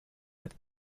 with